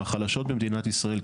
מהחלשות במדינת ישראל,